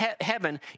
heaven